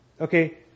Okay